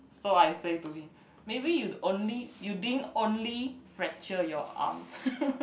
so I say to him maybe you only you didn't only fracture your arm